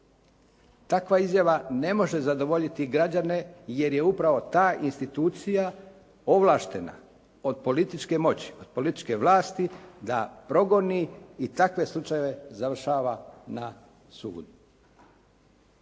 Takva izjava ne može zadovoljiti građane jer je upravo ta institucija ovlaštena od političke moći, od političke vlasti da progoni i takve slučajeve završava na sudu.